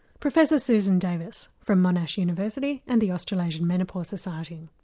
professor susan davis from monash university and the australasian menopause society.